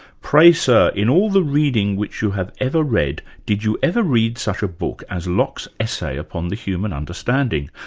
pray, sir, in all the reading which you have ever read, did you ever read such a book as locke's essay upon the human understanding?